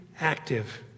active